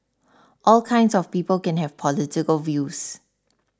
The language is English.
all kinds of people can have political views